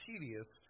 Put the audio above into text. tedious